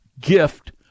gift